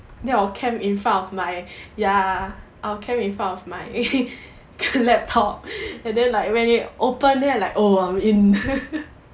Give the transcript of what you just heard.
then I will camp in front of my ya I will camp in front of my laptop and then like when they open they're like oh I'm in